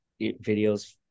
videos